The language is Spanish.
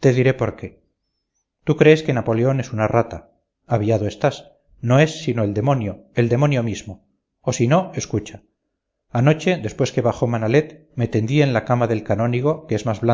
te diré por qué tú crees que napoleón es una rata aviado estás no es sino el demonio el demonio mismo o si no escucha anoche después que bajó manalet me tendí en la cama del canónigo que es más